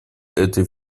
этой